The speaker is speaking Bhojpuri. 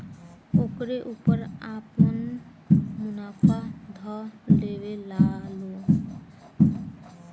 ओकरे ऊपर आपन मुनाफा ध लेवेला लो